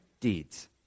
deeds